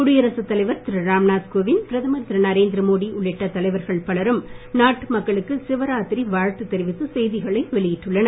குடியரசு தலைவர் திரு ராம்நாத் கோவிந்த் பிரதமர் திரு நரேந்திரமோடி உள்ளிட்ட தலைவர்கள் பலரும் நாட்டு மக்களுக்கு சிவராத்திரி வாழ்த்து தெரிவித்து செய்திகளை வெளியிட்டுள்ளனர்